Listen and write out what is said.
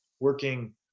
working